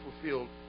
fulfilled